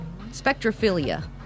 Spectrophilia